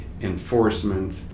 enforcement